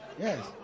Yes